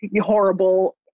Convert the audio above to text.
horrible